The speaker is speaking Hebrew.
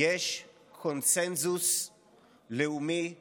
יש קונסנזוס לאומי רחב.